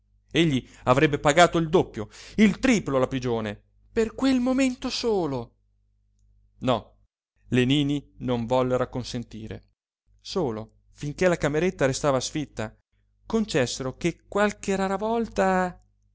egli avrebbe pagato il doppio il triplo la pigione per quel momento solo no le nini non vollero acconsentire solo finché la cameretta restava sfitta concessero che qualche rara volta